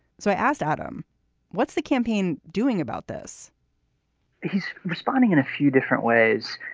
so i asked adam what's the campaign doing about this he's responding in a few different ways.